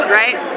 right